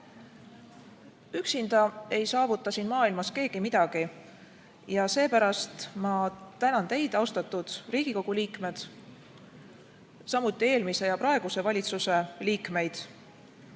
teed. Üksinda ei saavuta siin maailmas keegi midagi ja seepärast ma tänan teid, austatud Riigikogu liikmed, samuti eelmise ja praeguse valitsuse liikmeid,